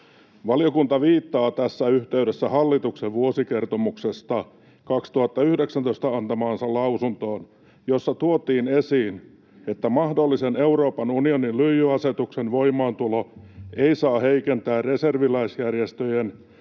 ”Valiokunta viittaa tässä yhteydessä hallituksen vuosikertomuksesta 2019 antamaansa lausuntoon, jossa tuotiin esiin, että mahdollisen Euroopan unionin lyijyasetuksen voimaantulo ei saa heikentää reserviläisjärjestöjen